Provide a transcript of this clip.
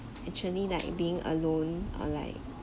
actually like being alone or like